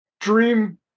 dream